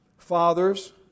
Fathers